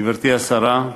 גברתי השרה,